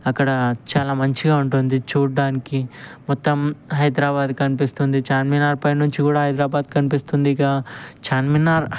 అక్కడ చాలా మంచిగా ఉంటుంది చూడడానికి మొత్తం హైదరాబాద్ కనిపిస్తుంది చార్మినార్ పైనుంచి కూడా హైదరాబాద్ కనిపిస్తుంది ఇక చార్మినార్